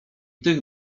tych